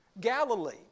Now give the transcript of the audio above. Galilee